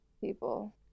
people